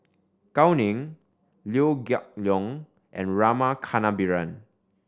Gao Ning Liew Geok Leong and Rama Kannabiran